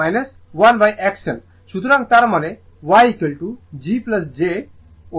সুতরাং তার মানে YG j ω C 1L ω